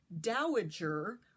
dowager